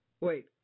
Wait